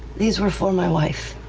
these were for my wife.